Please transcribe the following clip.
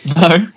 No